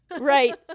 Right